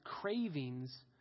cravings